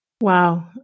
Wow